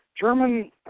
German